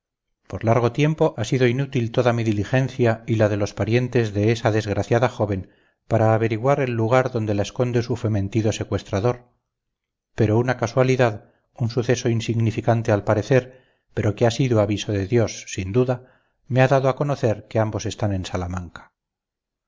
por largo tiempo ha sido inútil toda mi diligencia y la de los parientes de esa desgraciada joven para averiguar el lugar donde la esconde su fementido secuestrador pero una casualidad un suceso insignificante al parecer pero que ha sido aviso de dios sin duda me ha dado a conocer que ambos están en salamanca